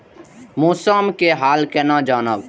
मौसम के हाल केना जानब?